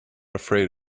afraid